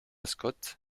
scott